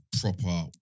proper